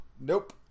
Nope